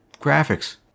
graphics